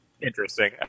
interesting